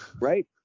Right